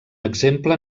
exemple